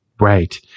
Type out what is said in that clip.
Right